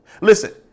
Listen